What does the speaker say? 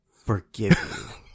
forgive